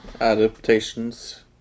adaptations